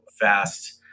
fast